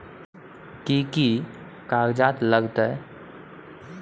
कि कि कागजात लागतै?